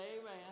amen